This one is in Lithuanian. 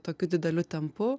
tokiu dideliu tempu